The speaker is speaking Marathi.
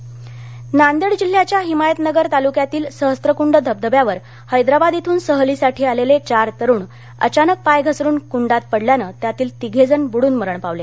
मत्य नांदेड नांदेड जिल्ह्याच्या हिमायतनगर तालुक्यातील सहस्रकूंड धबधब्यावर हैदराबाद इथून सहलीसाठी आलेले चार तरुण अचानक पाय घसरुन कुंडात पडल्यानं त्यातील तिघेजण बुडून मरण पावले